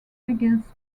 against